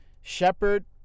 Shepard